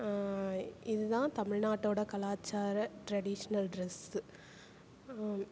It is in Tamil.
இதுதான் தமிழ்நாட்டோட கலாச்சார ட்ரெடிஷ்னல் ட்ரெஸ்